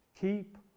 Keep